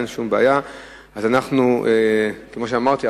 כמו שאמרתי,